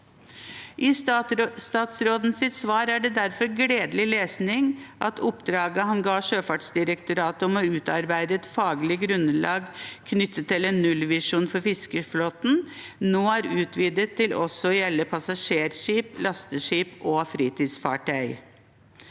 I statsrådens svar er det derfor gledelig lesning at oppdraget han ga Sjøfartsdirektoratet om å utarbeide et faglig grunnlag knyttet til en nullvisjon for fiskeflåten, nå er utvidet til også å gjelde passasjerskip, lasteskip og fritidsfartøy.